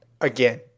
again